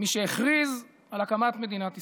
מי שהכריז על הקמת מדינת ישראל.